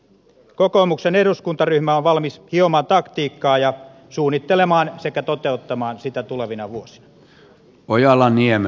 kokoomuksen eduskuntaryhmä on valmis hiomaan taktiikkaa ja suunnittelemaan sekä toteuttamaan sitä tulevina vuosina